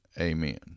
amen